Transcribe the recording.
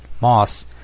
Moss